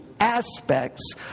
aspects